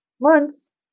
Months